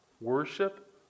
worship